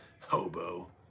Hobo